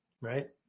right